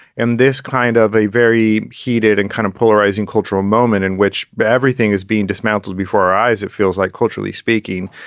and this kind of a very heated and kind of polarizing cultural moment in which but everything is being dismantled before our eyes, it feels like culturally speaking.